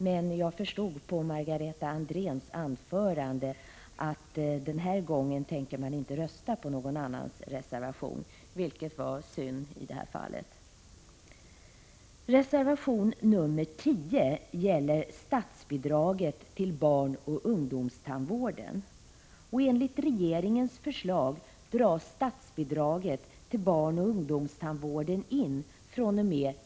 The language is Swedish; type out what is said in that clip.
Men jag förstod av Margareta Andréns anförande att den här gången tänker man inte rösta på någon annans reservation, vilket var synd.